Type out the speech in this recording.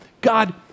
God